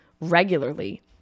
regularly